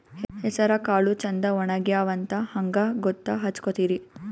ಹೆಸರಕಾಳು ಛಂದ ಒಣಗ್ಯಾವಂತ ಹಂಗ ಗೂತ್ತ ಹಚಗೊತಿರಿ?